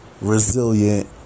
resilient